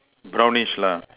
brownish lah